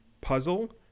puzzle